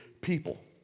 people